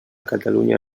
catalunya